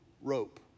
rope